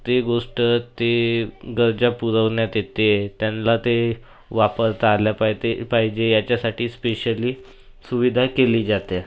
ते गोष्ट ते गरजा पुरवण्यात येते त्यांला ते वापरता आल्या पाहते पाहिजे याच्यासाठी स्पेशली सुविधा केली जाते